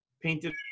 painted